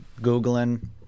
googling